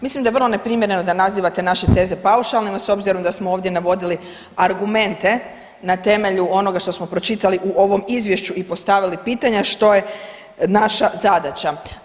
Mislim da je vrlo neprimjereno da nazivate naše teze paušalnim s obzirom da smo ovdje navodili argumente na temelju onoga što smo pročitali u ovom Izvješću i postavili pitanja što je naša zadaća.